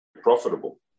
profitable